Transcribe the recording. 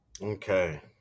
Okay